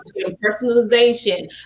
personalization